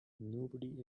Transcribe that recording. nobody